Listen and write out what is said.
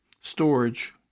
storage